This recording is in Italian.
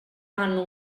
hanno